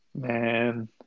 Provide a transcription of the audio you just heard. Man